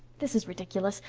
this is ridiculous.